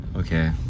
Okay